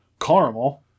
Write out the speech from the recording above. caramel